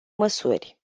măsuri